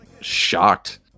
shocked